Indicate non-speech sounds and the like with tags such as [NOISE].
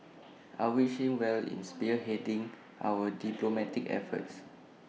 [NOISE] I wish him well in spearheading our [NOISE] diplomatic efforts